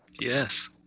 Yes